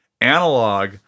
Analog